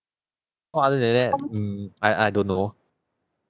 or other than that mm I I don't know